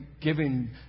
giving